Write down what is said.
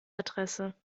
adresse